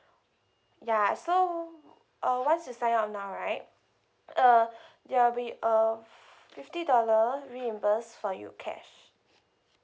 ya so uh once you sign up now right uh there'll be a fifty dollar reimbursed for you cash